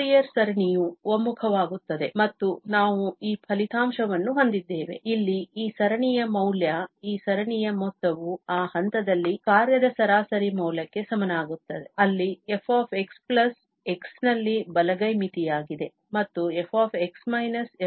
Fourier ಸರಣಿಯು ಒಮ್ಮುಖವಾಗುತ್ತದೆ ಮತ್ತು ನಾವು ಈ ಫಲಿತಾಂಶವನ್ನು ಹೊಂದಿದ್ದೇವೆ ಇಲ್ಲಿ ಈ ಸರಣಿಯ ಮೌಲ್ಯ ಈ ಸರಣಿಯ ಮೊತ್ತವು ಆ ಹಂತದಲ್ಲಿ ಕಾರ್ಯದ ಸರಾಸರಿ ಮೌಲ್ಯಕ್ಕೆ ಸಮನಾಗಿರುತ್ತದೆ ಅಲ್ಲಿ fx x ನಲ್ಲಿ ಬಲಗೈ ಮಿತಿಯಾಗಿದೆ ಮತ್ತು fx− ಎಂಬುದು x ನಲ್ಲಿ f ನ ಎಡಗೈ ಮಿತಿಯಾಗಿದೆ